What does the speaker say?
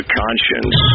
conscience